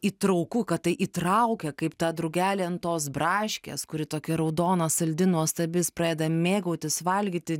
įtrauku kad tai įtraukia kaip tą drugelį ant tos braškės kuri tokia raudona saldi nuostabi jis pradeda mėgautis valgyti